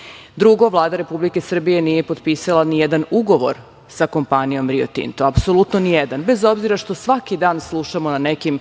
Jadra. Drugo, Vlada Republike Srbije nije potpisala nijedan ugovor sa kompanijom "Rio Tinto", apsolutno nijedan. Bez obzira što svaki dan slušamo na nekim